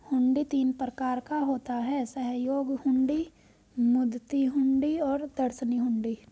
हुंडी तीन प्रकार का होता है सहयोग हुंडी, मुद्दती हुंडी और दर्शनी हुंडी